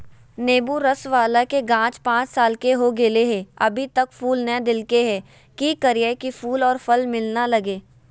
नेंबू रस बाला के गाछ पांच साल के हो गेलै हैं अभी तक फूल नय देलके है, की करियय की फूल और फल मिलना लगे?